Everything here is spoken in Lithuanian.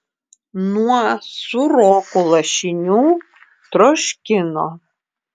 nuo sūrokų lašinių troškino